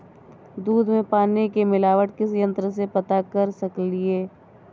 दूध में पानी के मिलावट किस यंत्र से पता कर सकलिए?